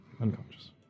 Unconscious